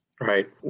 Right